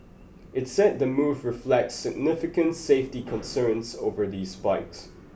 it said the move reflects significant safety concerns over these bikes